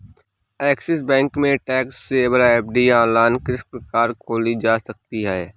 Axis bank में tax saver FD online किस प्रकार खोली जा सकती है?